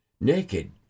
Naked